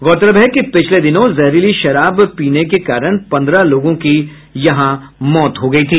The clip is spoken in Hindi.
गौरतलब है कि पिछले दिनों जहरीली शराब पीने के कारण पन्द्रह लोगों की मौत हो गयी थी